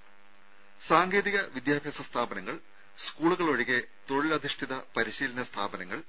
രും സാങ്കേതിക വിദ്യാഭ്യാസ സ്ഥാപനങ്ങൾ സ്കൂളുകൾ ഒഴികെ തൊഴിലധിഷ്ടിത പരിശീലന സ്ഥാപനങ്ങൾ